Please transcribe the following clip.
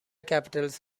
capitals